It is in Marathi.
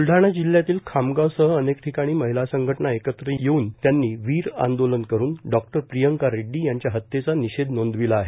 बुलढाणा जिल्ह्यातील खामगावसह अनेक ठिकाणी महिला संघटना एकत्र येऊन त्यांनी वीर आंदोलन करून डॉक्टर प्रियांका रेड्डी यांच्या हत्येचा निषेध नोंदविला आहे